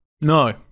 no